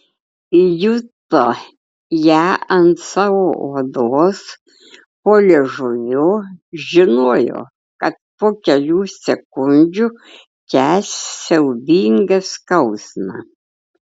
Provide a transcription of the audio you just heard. juto ją ant savo odos po liežuviu žinojo kad po kelių sekundžių kęs siaubingą skausmą